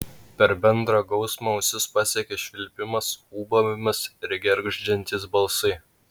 per bendrą gausmą ausis pasiekė švilpimas ūbavimas ir gergždžiantys balsai